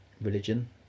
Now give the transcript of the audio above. religion